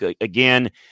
again